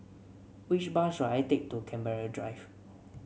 which bus should I take to Canberra Drive